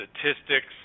statistics